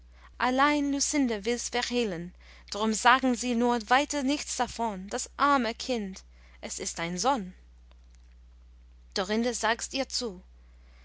allein lucinde wills verhehlen drum sagen sie nur weiter nichts davon das arme kind es ist ein sohn dorinde sagts ihr zu